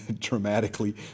dramatically